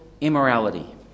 immorality